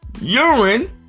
urine